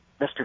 Mr